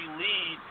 lead